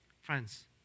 Friends